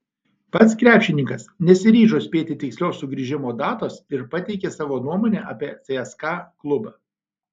pats krepšininkas nesiryžo spėti tikslios sugrįžimo datos ir pateikė savo nuomonę apie cska klubą